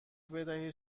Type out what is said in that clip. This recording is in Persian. بدهید